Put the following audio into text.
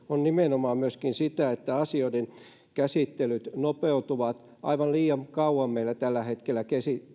on nimenomaan sitä että asioiden käsittelyt nopeutuvat aivan liian kauan meillä tällä hetkellä